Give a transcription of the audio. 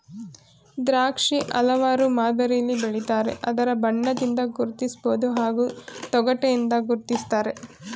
ದ್ರಾಕ್ಷಿ ಹಲವಾರು ಮಾದರಿಲಿ ಬೆಳಿತಾರೆ ಅದರ ಬಣ್ಣದಿಂದ ಗುರ್ತಿಸ್ಬೋದು ಹಾಗೂ ತೊಗಟೆಯಿಂದ ಗುರ್ತಿಸ್ತಾರೆ